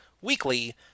weekly